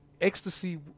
ecstasy